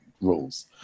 rules